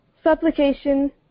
supplication